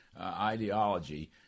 ideology